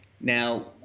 Now